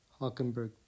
Hockenberg